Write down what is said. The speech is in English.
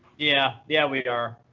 yeah. yeah, we are.